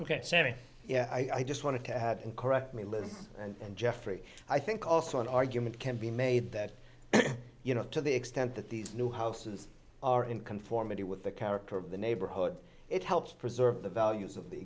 sorry i just want to have and correct me live and jeffrey i think also an argument can be made that you know to the extent that these new houses are in conformity with the character of the neighborhood it helps preserve the values of the